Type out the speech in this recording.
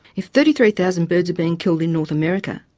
if thirty three thousand birds are being killed in north america,